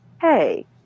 hey